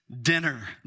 dinner